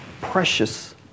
precious